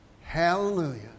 Hallelujah